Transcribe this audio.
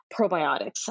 probiotics